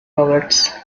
roberts